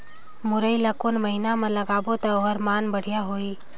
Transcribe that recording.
मुरई ला कोन महीना मा लगाबो ता ओहार मान बेडिया होही?